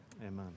Amen